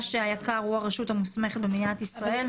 שהיק"ר הוא הרשות המוסמכת במדינת ישראל.